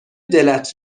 دلت